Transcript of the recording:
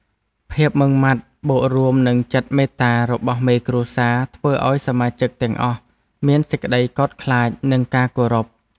ភាពម៉ឺងម៉ាត់បូករួមនឹងចិត្តមេត្តារបស់មេគ្រួសារធ្វើឱ្យសមាជិកទាំងអស់មានសេចក្តីកោតខ្លាច និងការគោរព។